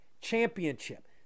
Championship